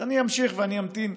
אז אני אמשיך ואני אמתין,